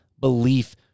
belief